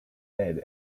head